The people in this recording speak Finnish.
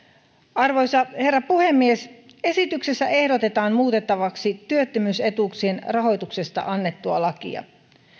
arvoisa herra puhemies esityksessä ehdotetaan muutettavaksi työttömyysetuuksien rahoituksesta annettua lakia